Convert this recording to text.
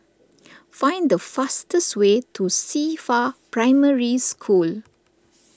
find the fastest way to Cifa Primary School